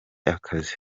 akazi